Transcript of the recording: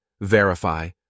verify